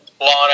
Lana